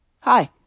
hi